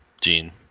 Gene